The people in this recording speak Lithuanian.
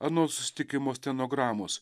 ano susitikimo stenogramos